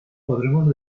podemos